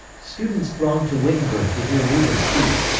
students thronged to wittenberg to hear luther speak.